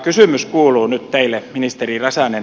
kysymys kuuluu nyt teille ministeri räsänen